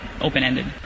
open-ended